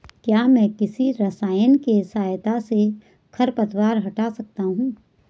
क्या मैं किसी रसायन के सहायता से खरपतवार हटा सकता हूँ?